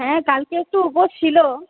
হ্যাঁ কালকে একটু উপোস ছিল